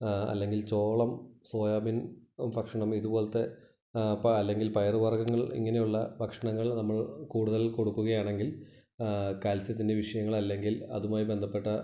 അല്ലെങ്കിൽ ചോളം സോയാബീൻ ഭക്ഷണം ഇതുപോലത്തെ അല്ലെങ്കിൽ പയറ് വർഗ്ഗങ്ങൾ ഇങ്ങനെയുള്ള ഭക്ഷണങ്ങൾ നമ്മൾ കൂട്തൽ കൊടുക്കുകയാണെങ്കിൽ കാൽസ്യത്തിൻ്റെ വിഷയങ്ങളല്ലെങ്കിൽ അതുമായി ബന്ധപ്പെട്ട